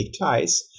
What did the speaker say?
ties